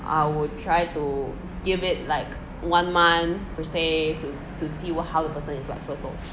I would try to give it like one month per se to to see how the person is like first lor